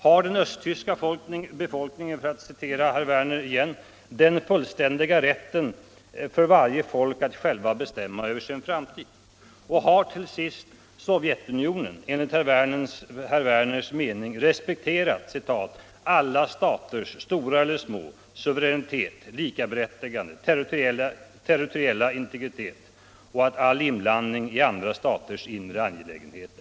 Har den östtyska befolkningen ”den fullständiga rätten för varje folk att självt bestämma över sin framtid”? Har till sist Sovjetunionen enligt herr Werners mening respekterat ”alla staters — stora eller små — suveränitet, likaberättigande och territoriella integritet” och följt principen om ”förbud mot all inblandning i andra staters angelägenheter”?